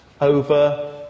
over